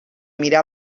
mira